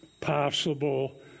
possible